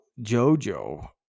JoJo